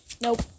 nope